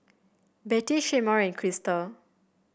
Betty Shemar and Krysta